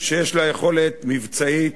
שיש לה יכולת מבצעית,